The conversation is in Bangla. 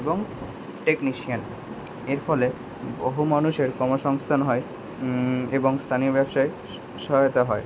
এবং টেকনিশিয়ান এর ফলে বহু মানুষের কর্মসংস্থান হয় এবং স্থানীয় ব্যবসায় সহায়তা হয়